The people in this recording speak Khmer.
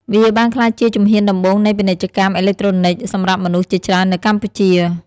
វាបានក្លាយជាជំហានដំបូងនៃពាណិជ្ជកម្មអេឡិចត្រូនិកសម្រាប់មនុស្សជាច្រើននៅកម្ពុជា។